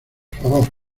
favor